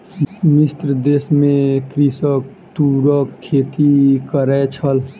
मिस्र देश में कृषक तूरक खेती करै छल